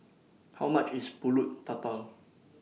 How much IS Pulut Tatal